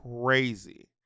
crazy